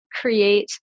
create